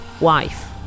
wife